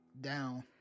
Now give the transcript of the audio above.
down